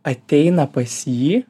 ateina pas jį